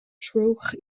trowch